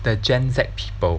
the gen Z people